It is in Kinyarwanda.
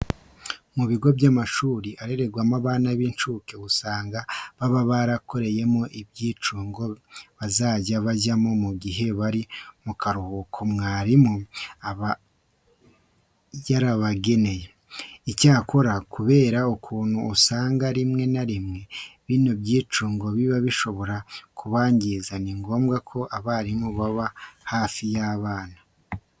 Mu bigo by'amashuri arererwamo abana b'incuke usanga baba barabakoreye ibyicungo bazajya bajyamo mu gihe bari mu karuhuko mwarimu aba yabageneye. Icyakora kubera ukuntu usanga rimwe na rimwe bino byicungo biba bishobora kubangiza, ni ngombwa ko abarimu baba hafi y'aba bana.